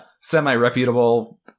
semi-reputable